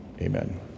Amen